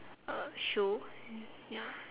uh show ya